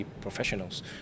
professionals